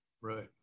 Right